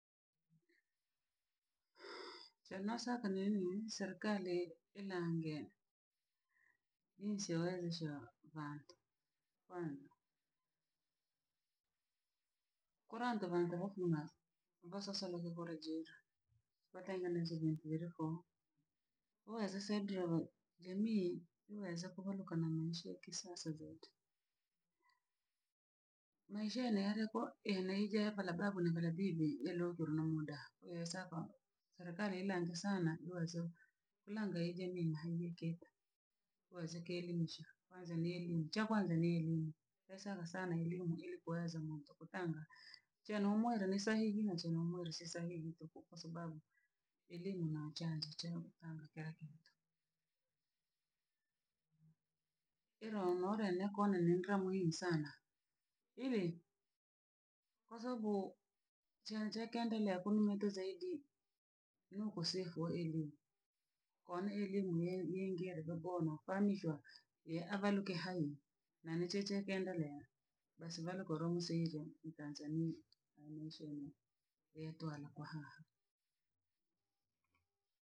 che nasaka nene serikali ilange jinsi owezesha bhantu kwani koranta vanta vafunasi vasosoro vevura jira bhatengeneze vibwireko koweza saidra bho- ngemii owea kovaroka namushe kisasa zaidi. Maisha ene areko eneja vara babu na vara bibi elo koro no muda. we esako serikali ilange sana iwazo, ilange jamii ihenyeke iwaze kielimisha waza na elimu. Chakwanza ni elimu, esaka sana elimu ili kuweza muntu kutanga, jenumwere ni sahihi na chemamwere si sahihi tuku kwa sababu elimu na chanzo cha utanga kira kintu. Ilonore ne kona nendre muhimu sana, ili kwa sababu chachenkendelea kumnyeta zaidi no koseho eru. Kone elimu ne- nengero bono kwani shwa ye avaruke hai na nichechekendelea basi varo koromseja mu tanzania a maishani e twara kwa haha.